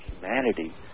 humanity